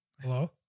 Hello